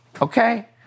okay